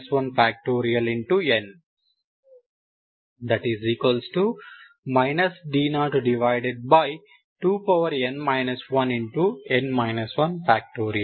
n d02n 1